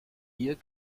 hier